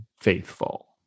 faithful